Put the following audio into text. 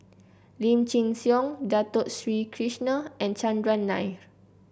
Lim Chin Siong Dato Sri Krishna and Chandran Nair